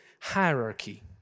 hierarchy